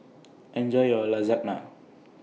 Enjoy your Lasagna